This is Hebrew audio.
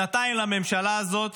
שנתיים לממשלה הזאת